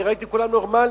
ראיתי: כולם נורמלים,